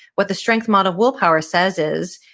what the strength model willpower says is,